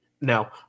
No